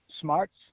smarts